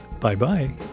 Bye-bye